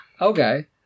Okay